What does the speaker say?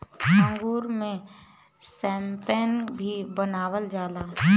अंगूर से शैम्पेन भी बनावल जाला